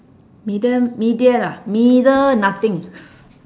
medium middle ah middle nothing